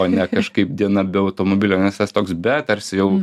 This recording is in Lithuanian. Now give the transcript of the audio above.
o ne kažkaip diena be automobilio nes tas toks be tarsi jau